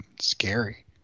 Scary